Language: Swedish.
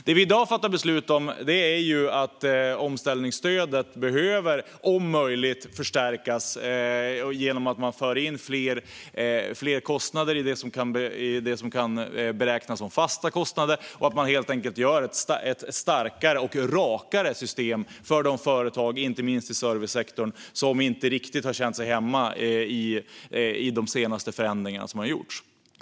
Det vi i dag fattar beslut om är att omställningsstödet om möjligt ska förstärkas genom att man för in fler kostnader i det som räknas som fasta kostnader och att man helt enkelt skapar ett starkare och rakare system för de företag, inte minst i servicesektorn, som inte riktigt har känt sig hemma i de senaste förändringarna.